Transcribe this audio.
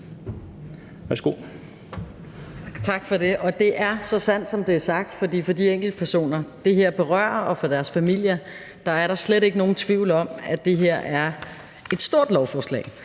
Tak for det, og det er så sandt, som det er sagt, for for de enkeltpersoner, som det her berører, og for deres familier, er der slet ikke nogen tvivl om, at det her er et stort lovforslag.